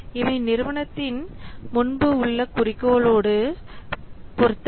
இதை நிறுவனத்தின் முன்பு உள்ள குறிக்கோளோடு பொருத்த வேண்டும்